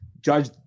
judge –